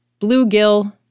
bluegill